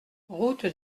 route